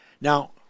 Now